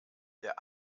der